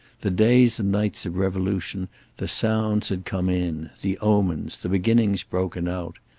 the days and nights of revolution, the sounds had come in, the omens, the beginnings broken out.